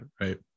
right